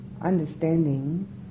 understanding